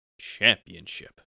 championship